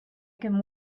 can